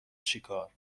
چیکار